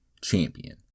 Champion